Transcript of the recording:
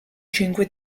cinque